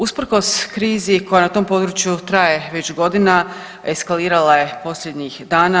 Usprkos krizi koja na tom području traje već godinama eskalirala je posljednjih dana.